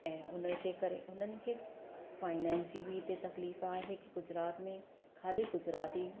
ऐं हुनजे करे हुननि खे फ़ाइनेंस जी बि हिते तकलीफ़ आहे की गुजरात में हुनखे ख़ाली गुजराती